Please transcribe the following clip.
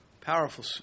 powerful